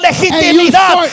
legitimidad